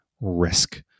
risk